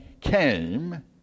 came